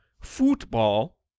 football